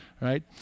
right